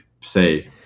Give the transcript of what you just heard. say